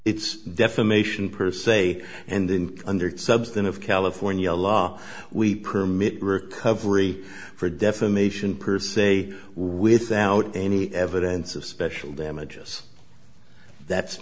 it's defamation per se and in hundred subs than of california law we permit recovery for defamation per se without any evidence of special damages that's